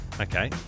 Okay